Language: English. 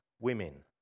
women